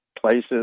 places